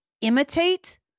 imitate